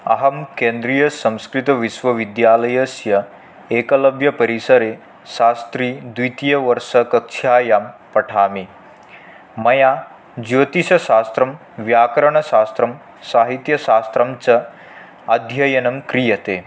अहं केन्द्रीयसंस्कृतविश्वविद्यालयस्य एकलव्यपरिसरे शास्त्रि द्वितीयवर्षकक्ष्यायां पठामि मया ज्योतिषशास्त्रं व्याकरणशास्त्रं साहित्यशास्त्रं च अध्ययनं क्रियते